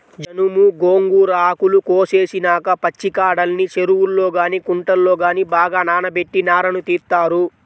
జనుము, గోంగూర ఆకులు కోసేసినాక పచ్చికాడల్ని చెరువుల్లో గానీ కుంటల్లో గానీ బాగా నానబెట్టి నారను తీత్తారు